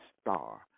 star